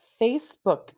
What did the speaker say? facebook